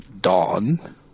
Dawn